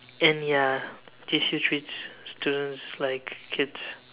and ya J_C treats students like kids